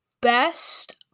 best